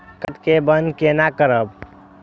Card के बन्द केना करब?